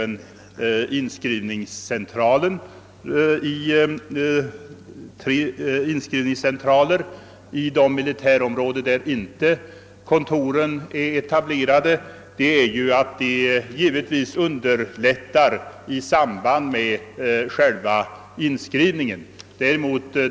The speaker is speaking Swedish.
En väsentlig anledning till att man, vid sidan om kontoren, även har inskrivningscentraler i de militärområden där kontor inte är etablerade är att detta givetvis underlättar själva inskrivningen.